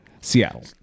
Seattle